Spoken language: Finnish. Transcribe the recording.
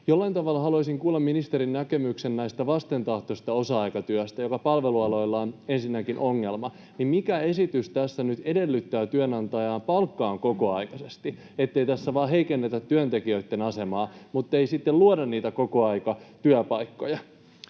Jollain tavalla haluaisin kuulla ministerin näkemyksen tästä vastentahtoisesta osa-aikatyöstä, joka palvelualoilla on ensinnäkin ongelma. Mikä esitys tässä nyt edellyttää työnantajaa palkkaamaan kokoaikaisesti, ettei tässä vain heikennetä työntekijöitten asemaa, mutta ei sitten luoda niitä kokoaikatyöpaikkoja?